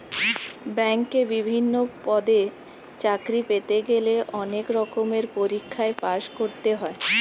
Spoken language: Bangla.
ব্যাংকে বিভিন্ন পদে চাকরি পেতে গেলে অনেক রকমের পরীক্ষায় পাশ করতে হয়